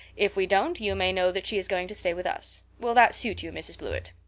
if we don't you may know that she is going to stay with us. will that suit you, mrs. blewett?